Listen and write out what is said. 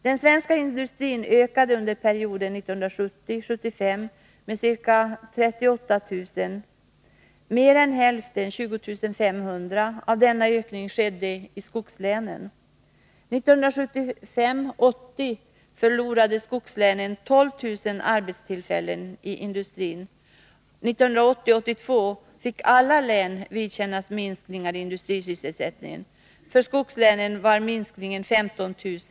Den svenska industrin ökade under perioden 1970-1975 med ca 38 000 sysselsatta. Mer än hälften — 20 500 — av denna ökning skedde i skogslänen. 1975-1980 förlorade skogslänen 12 500 arbetstillfällen i industrin. 1980-1982 fick alla län vidkännas minskningar i industrisysselsättningen. För skogslänen var minskningen 15 000.